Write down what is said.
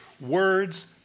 words